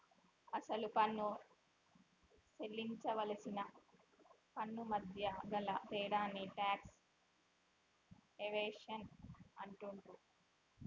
అసలు పన్ను సేల్లించవలసిన పన్నుమధ్య గల తేడాని టాక్స్ ఎవేషన్ అంటుండ్రు